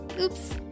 Oops